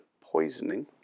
poisoning